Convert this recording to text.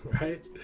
right